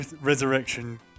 resurrection